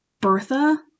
Bertha